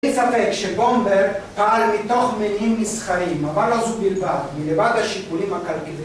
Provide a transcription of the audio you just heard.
אין ספק שבומבר פעל מתוך מלאים מסחרים, אבל אז הוא בלבד, מלבד השיקולים הכלכליים.